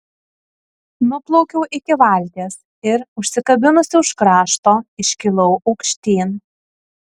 nuplaukiau iki valties ir užsikabinusi už krašto iškilau aukštyn